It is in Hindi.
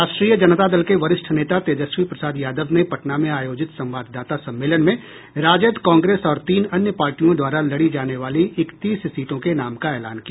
राष्ट्रीय जनता दल के वरिष्ठ नेता तेजस्वी प्रसाद यादव ने पटना में आयोजित संवाददाता सम्मेलन में राजद कांग्रेस और तीन अन्य पार्टियों द्वारा लड़ी जाने वाली इकतीस सीटों के नाम का एलान किया